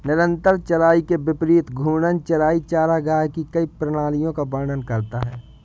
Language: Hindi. निरंतर चराई के विपरीत घूर्णन चराई चरागाह की कई प्रणालियों का वर्णन करता है